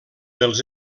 dels